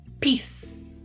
peace